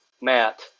Matt